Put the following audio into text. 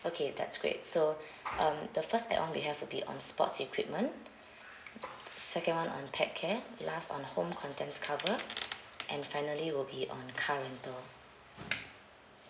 okay that's great so um the first add on we have would be on sports equipment second one on pet care last on a home contents cover and finally will be on car rental